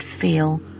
feel